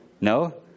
no